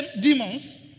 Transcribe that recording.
demons